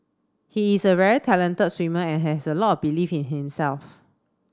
he is a very talented swimmer and has a lot belief in himself